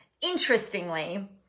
Interestingly